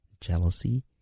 jealousy